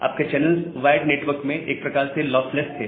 आपके channels wired network में एक प्रकार से लॉस लेस थे